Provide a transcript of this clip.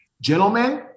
gentlemen